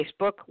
Facebook